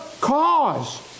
cause